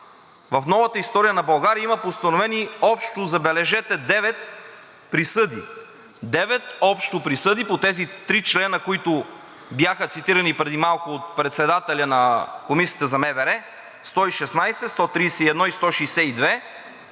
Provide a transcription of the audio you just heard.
в новата история на България има постановени общо, забележете, девет присъди. Девет общо присъди по тези три члена, които бяха цитирани преди малко от председателя на Комисията за МВР – 116, 131 и 162,